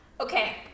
okay